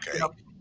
okay